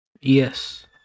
Yes